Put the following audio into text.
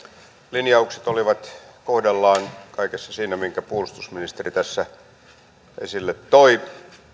linjaukset olivat kohdallaan kaikessa siinä minkä puolustusministeri tässä esille toi